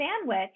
sandwich